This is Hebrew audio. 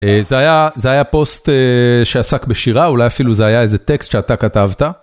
זה היה פוסט שעסק בשירה, אולי אפילו זה היה איזה טקסט שאתה כתבת.